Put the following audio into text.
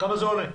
כמה זה עולה?